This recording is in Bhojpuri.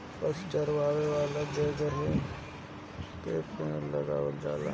पशु चरावे वाला जगहे पे पेड़ लगावल जाला